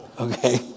Okay